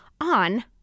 on